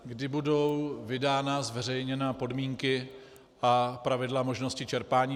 kdy budou vydány a zveřejněny podmínky a pravidla možnosti čerpání.